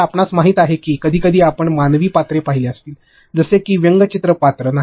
तर आपणास माहित आहे की कधीकधी आपण मानवी पात्रे पाहीली असतील जसे की व्यंगचित्र पात्र नाही